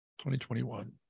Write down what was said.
2021